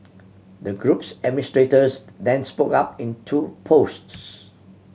the group's administrators then spoke up in two posts